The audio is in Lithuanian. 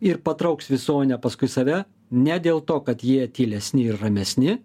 ir patrauks visuomenę paskui save ne dėl to kad jie tylesni ir ramesni